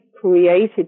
created